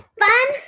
fun